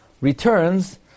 returns